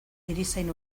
erizain